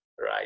right